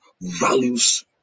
values